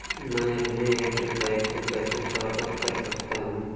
मैं अपने Airtel pack को कैसे टॉप अप कर सकता हूँ?